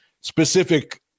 specific